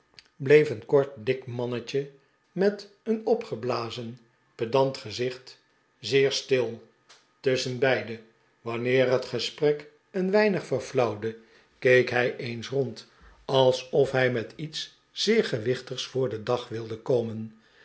bleef een kort dik mannetje met een opgeblazen pedant gezicht zeer stil tusschenbeide wanneer het gesprek een weinig verflauwde keek hij eens rond alsof hij met iets zeer gewichtigs voor den dag wilde komen